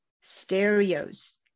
stereos